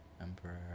Emperor